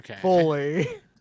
fully